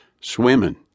Swimming